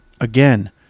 Again